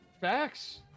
Facts